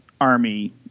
army